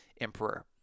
emperor